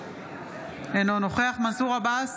אינו נוכח מנסור עבאס,